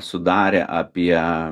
sudarė apie